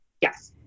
yes